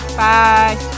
bye